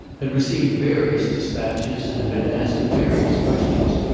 had received various despatches and been asked various questions.